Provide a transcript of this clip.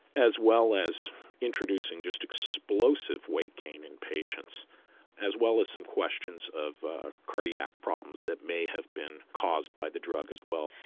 as well as introducing just explosive weight-gain in patients as well as some questions of ah cardiac problems that may have been caused by the drug as well.